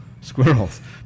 Squirrels